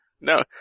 No